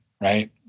right